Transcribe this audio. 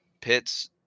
pits